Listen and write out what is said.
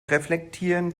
reflektieren